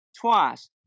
Twice